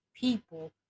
people